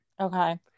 okay